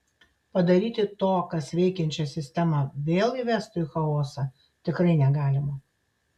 padaryti to kas veikiančią sistemą vėl įvestų į chaosą tikrai negalima